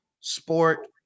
sport